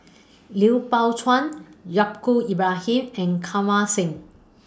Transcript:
Liu Pao Chuen Yaacob Ibrahim and Kirpal Singh